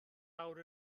awr